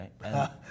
right